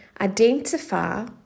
identify